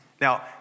Now